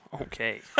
Okay